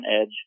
edge